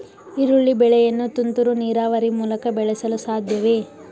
ಈರುಳ್ಳಿ ಬೆಳೆಯನ್ನು ತುಂತುರು ನೀರಾವರಿ ಮೂಲಕ ಬೆಳೆಸಲು ಸಾಧ್ಯವೇ?